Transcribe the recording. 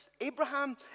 Abraham